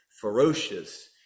ferocious